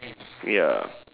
ya